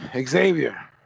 Xavier